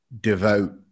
devote